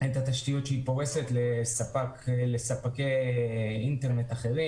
את התשתיות שהיא פורסת לספקי אינטרנט אחרים.